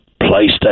PlayStation